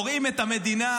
קורעים את המדינה,